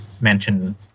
mention